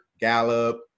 Gallup